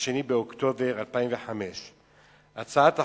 2 באוקטובר 2005. הצעת החוק,